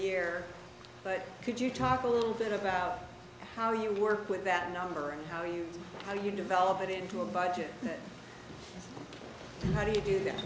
year but could you talk a little bit about how you work with that number and how you how do you develop it into a budget how do you do that